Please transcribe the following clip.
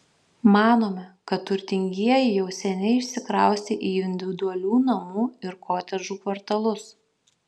manome kad turtingieji jau seniai išsikraustė į individualių namų ir kotedžų kvartalus